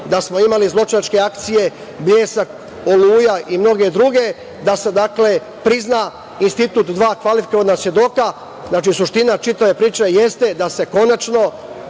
da smo imali zločinačke akcije „Bljesak“, „Oluja“ i mnoge druge, da se prizna institut dva kvalifikovana svedoka. Znači, suština čitave priče jeste da se konačno